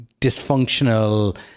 dysfunctional